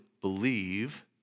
believe